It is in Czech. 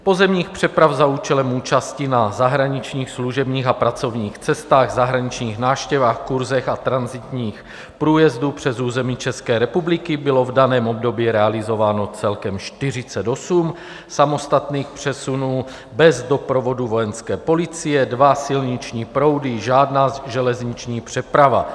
Pozemních přeprav za účelem účasti na zahraničních služebních a pracovních cestách, zahraničních návštěvách, kurzech a tranzitních průjezdů přes území České republiky bylo v daném období realizováno celkem 48, samostatných přesunů bez doprovodu Vojenské policie, dva silniční proudy, žádná železniční přeprava.